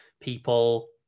people